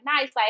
nice